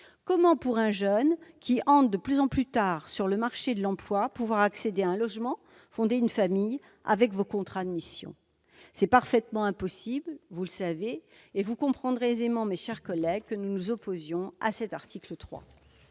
Comment un jeune qui entre de plus en plus tard sur le marché de l'emploi peut-il accéder à un logement, fonder une famille, avec vos contrats de mission ? C'est parfaitement impossible, vous le savez. Vous le comprendrez aisément, mes chers collègues, nous nous opposons à l'article 3.